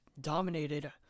dominated